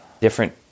different